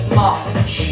march